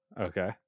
Okay